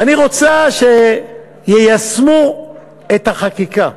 ואני רוצה שיישמו את החקיקה.